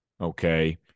Okay